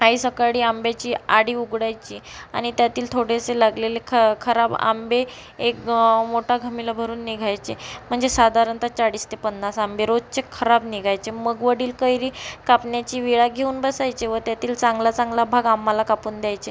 आई सकाळी आंब्याची आढी उघडायची आणि त्यातील थोडेसे लागलेले ख खराब आंबे एक मोठा घमेलं भरून निघायचे म्हणजे साधारणत चाळीस ते पन्नास आंबे रोजचे खराब निघायचे मग वडील कैरी कापण्याची विळा घेऊन बसायचे व त्यातील चांगलाचांगला भाग आम्हाला कापून द्यायचे